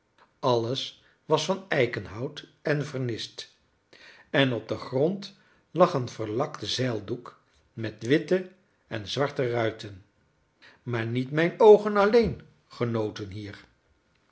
alles was van eikenhout en vernist en op den grond lag een verlakt zeildoek met witte en zwarte ruiten maar niet mijn oogen alleen genoten hier